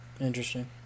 Interesting